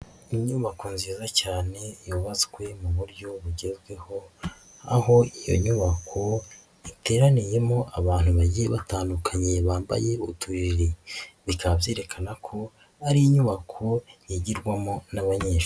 Inyubako nziza cyane yubatswe mu buryo bugezweho, aho iyo nyubako iteraniyemo abantu bagiye batandukanye bambaye utujiri, bikaba byerekana ko ari inyubako yigirwamo n'abanyeshuri.